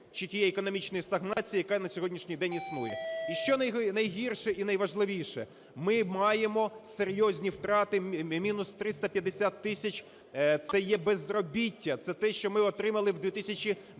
чи тієї економічної стагнації, яка на сьогоднішній день існує. І що найгірше і найважливіше. Ми маємо серйозні втрати, мінус 350 тисяч, це є безробіття, це те, що ми отримали в 2019